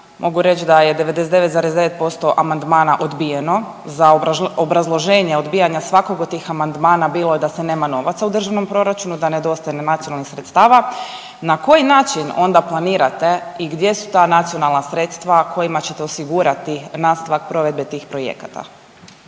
mogu reći da je 99,9% amandmana odbijeno, za obrazloženje odbijanja svakog od tih amandmana bilo je da se nema novaca u državnom proračunu, da nedostaje nacionalnih sredstava. Na koji način onda planirate i gdje su ta nacionalna sredstva kojima ćete osigurati nastavak provedbe tih projekata?